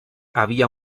había